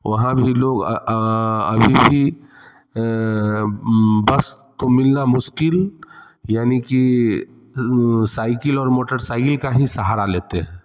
वहाँ भी लोग अभी भी बस तो मिलना मुश्किल यानी कि साइकिल और मोटरसाइकिल का हीं सहारा लेते हैं